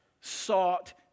sought